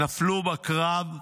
נפלו בקרב.